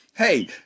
hey